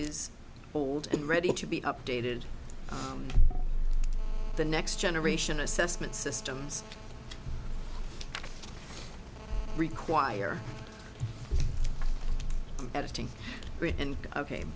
is old and ready to be updated the next generation assessment systems require editing and ok